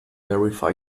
verify